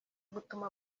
gutuma